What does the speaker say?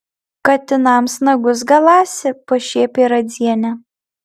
katinams nagus galąsi pašiepė radzienę